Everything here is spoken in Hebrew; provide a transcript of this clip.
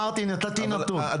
רק נתתי נתון.